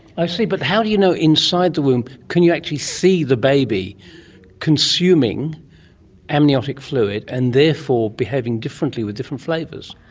i see, but how do you know inside the womb, can you actually see the baby consuming amniotic fluid and therefore behaving differently with different flavours?